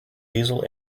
diesel